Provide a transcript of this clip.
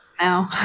No